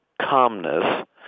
calmness